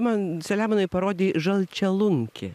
man selemonai parodei žalčialunkį